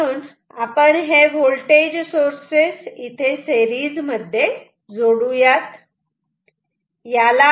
म्हणून आपण voltage sources series मध्ये जोडू यात